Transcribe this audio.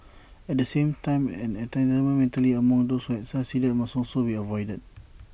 at the same time an entitlement mentality among those who have succeeded must also be avoided